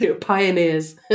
Pioneers